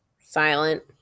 Silent